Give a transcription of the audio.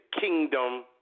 kingdom